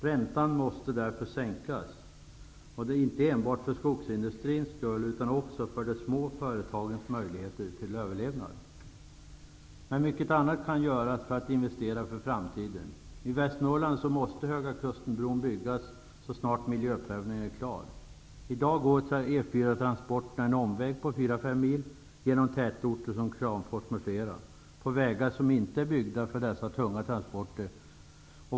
Räntan måste därför sänkas, inte enbart för skogsindustrins skull, utan också för att ge de små företagen möjligheter till överlevnad. Men mycket annat kan göras för att investera för framtiden. I Västernorrland måste Höga kustenbron börja byggas så snart miljöprövningen är klar. I dag går E 4-transporterna en omväg på 4--5 mil, genom tätorter som Kramfors och på vägar som inte är byggda för dessa tunga transporter.